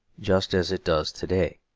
just as it does to-day.